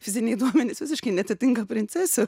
fiziniai duomenys visiškai neatitinka princesių